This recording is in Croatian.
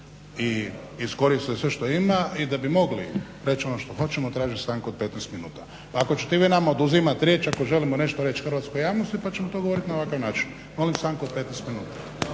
i iskoristio je sve što ima i da bi mogli reći ono što hoćemo tražim stanku od 15 minuta. Pa ako ćete i vi nama oduzimat riječ ako želimo nešto reći hrvatskoj javnosti pa ćemo to govorit na ovakav način. Molim stanku od 15 minuta.